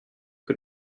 que